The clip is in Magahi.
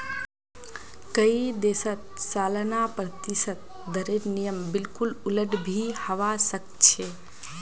कई देशत सालाना प्रतिशत दरेर नियम बिल्कुल उलट भी हवा सक छे